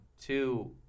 Two